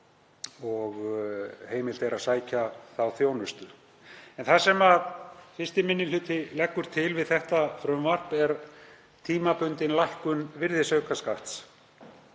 og heimilt verður að sækja þá þjónustu. En það sem 1. minni hluti leggur til við þetta frumvarp er tímabundin lækkun virðisaukaskatts.